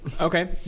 Okay